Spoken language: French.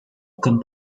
comme